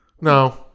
No